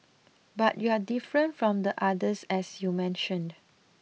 but you're different from the others as you mentioned